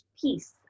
peace